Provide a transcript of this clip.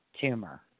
tumor